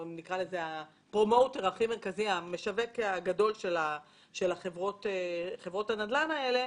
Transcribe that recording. המשווק הגדול של חברות הנדל"ן האלו,